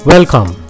Welcome